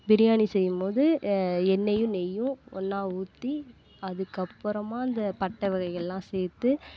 பிரியாணி செய்யும்போது எண்ணெய்யும் நெய்யும் ஒன்றா ஊற்றி அதுக்கப்புறமா அந்த பட்டை வகைகள்லாம் சேர்த்து